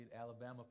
Alabama